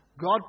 God